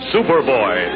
Superboy